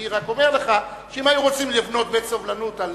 אני רק אומר לך שאם היו רוצים לבנות בית סובלנות על